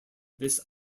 this